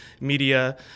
Media